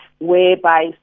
whereby